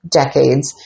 decades